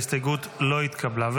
ההסתייגות לא התקבלה.